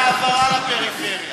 להעברה לפריפריה.